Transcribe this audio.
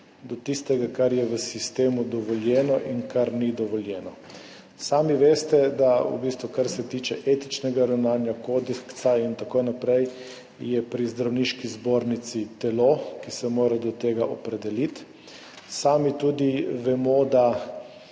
do tistega, kar je v sistemu dovoljeno in kar ni dovoljeno. Sami veste, kar se tiče etičnega ravnanja, kodeksa in tako naprej, da je pri Zdravniški zbornici telo, ki se mora do tega opredeliti. Sami tudi vemo, da